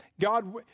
God